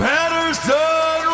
Patterson